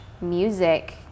music